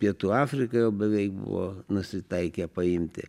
pietų afriką jau beveik buvo nusitaikę paimti